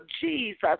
Jesus